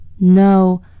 No